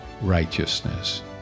righteousness